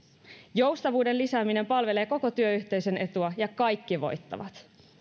joustavuuden lisääminen palvelee koko työyhteisön etua ja kaikki voittavat